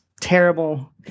terrible